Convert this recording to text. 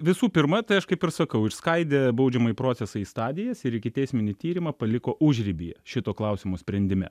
visų pirma tai aš kaip ir sakau išskaidė baudžiamąjį procesą į stadijas ir ikiteisminį tyrimą paliko užribyje šito klausimo sprendime